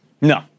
No